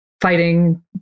Fighting